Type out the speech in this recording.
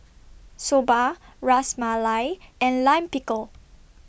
Soba Ras Malai and Lime Pickle